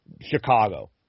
Chicago